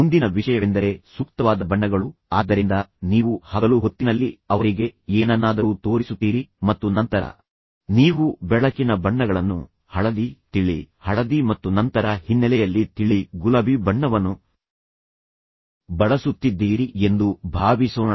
ಮುಂದಿನ ವಿಷಯವೆಂದರೆ ಸೂಕ್ತವಾದ ಬಣ್ಣಗಳು ಆದ್ದರಿಂದ ನೀವು ಹಗಲು ಹೊತ್ತಿನಲ್ಲಿ ಅವರಿಗೆ ಏನನ್ನಾದರೂ ತೋರಿಸುತ್ತೀರಿ ಮತ್ತು ನಂತರ ನೀವು ಬೆಳಕಿನ ಬಣ್ಣಗಳನ್ನು ಹಳದಿ ತಿಳಿ ಹಳದಿ ಮತ್ತು ನಂತರ ಹಿನ್ನೆಲೆಯಲ್ಲಿ ತಿಳಿ ಗುಲಾಬಿ ಬಣ್ಣವನ್ನು ಬಳಸುತ್ತಿದ್ದೀರಿ ಎಂದು ಭಾವಿಸೋಣ